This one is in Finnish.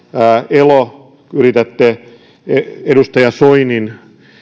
elo yritätte ministeri soinin